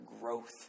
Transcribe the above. growth